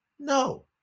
No